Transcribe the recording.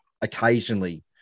occasionally